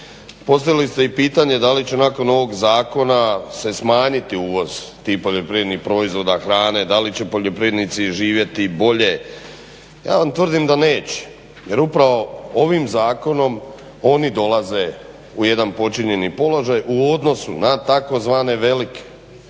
Postavili ste i pitanje da li će nakon ovog zakona se smanjiti uvoz tih poljoprivrednih proizvoda, hrane, da li će poljoprivrednici živjeti bolje. Ja vam tvrdim da neće jer upravo ovim zakonom oni dolaze u jedan podčinjeni položaj u odnosu na tzv. velike jer je